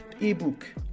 ebook